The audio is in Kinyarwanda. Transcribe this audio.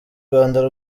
rwanda